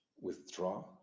withdraw